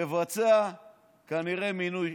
לבצע כנראה מינוי